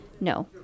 no